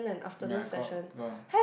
ya got got